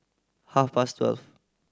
half past twelve